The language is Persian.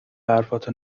حرفاتو